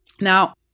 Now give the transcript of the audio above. Now